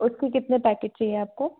उसके कितने पैकेट चाहिए आपको